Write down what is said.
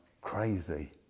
crazy